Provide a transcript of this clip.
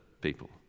people